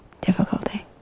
difficulty